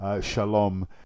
Shalom